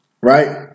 Right